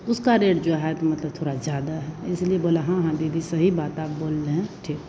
उसका रेट जो है तो मतलब थोड़ा ज़्यादा है इसलिए बोला हाँ हाँ दीदी सही बात आप बोल रहे हैं ठीक